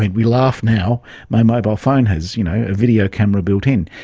and we laugh now, my mobile phone has you know a video camera built-in,